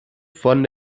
von